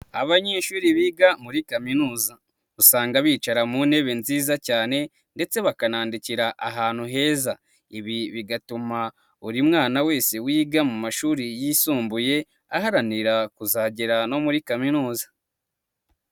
Abanyeshuri biga muri kaminuza, usanga bicara mu ntebe nziza cyane ndetse bakanandikira ahantu heza, ibi bigatuma buri mwana wese wiga mu mashuri yisumbuye, aharanira kuzagera no muri kaminuza.